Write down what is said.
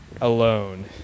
Alone